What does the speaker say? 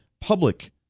public